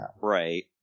Right